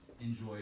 enjoy